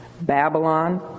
Babylon